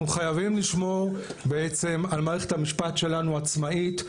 אנחנו חייבים לשמור בעצם על מערכת המשפט שלנו עצמאית,